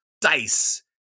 dice